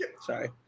Sorry